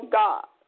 god